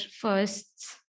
firsts